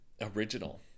Original